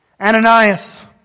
Ananias